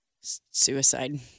suicide